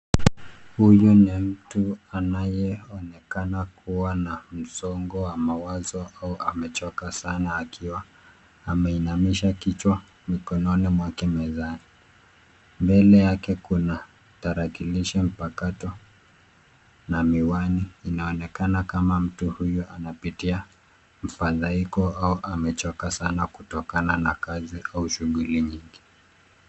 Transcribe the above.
Huyu ni mtu anayeonekana kuwa na msongo wa mawazo au amechoka sana akiwa ameinamisha kichwa mkononi mwake mezani. Mbele yake kuna tarakilishi mpakato na miwani. Inaonekana kama mtu huyu anapitia mfadhaiko au amechoka sana kutokana na kazi au shughuli nyingi.